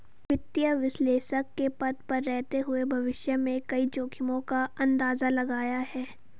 वित्तीय विश्लेषक के पद पर रहते हुए भविष्य में कई जोखिमो का अंदाज़ा लगाया है